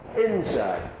inside